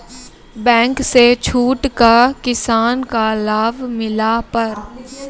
Bank से छूट का किसान का लाभ मिला पर?